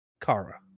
Kara